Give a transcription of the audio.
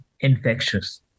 infectious